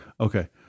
Okay